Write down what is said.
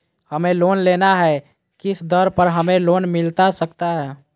हमें लोन लेना है किस दर पर हमें लोन मिलता सकता है?